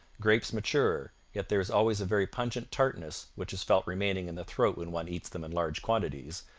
grapes mature, yet there is always a very pungent tartness, which is felt remaining in the throat when one eats them in large quantities,